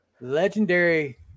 Legendary